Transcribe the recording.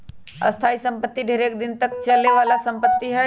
स्थाइ सम्पति ढेरेक दिन तक चले बला संपत्ति हइ